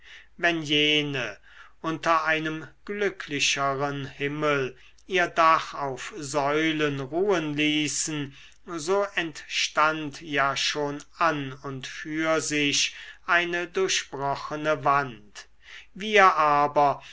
wenn jene unter einem glücklicheren himmel ihr dach auf säulen ruhen ließen so entstand ja schon an und für sich eine durchbrochene wand wir aber